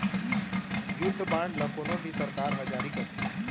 युद्ध बांड ल कोनो भी सरकार ह जारी करथे